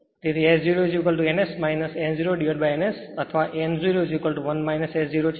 તેથી S0n S n 0n S અથવા n 01 S0 છે